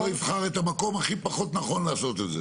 שלא יבחר את המקום הכי פחות נכון לעשות את זה.